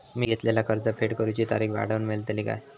मी घेतलाला कर्ज फेड करूची तारिक वाढवन मेलतली काय?